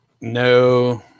No